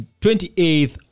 28th